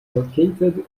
located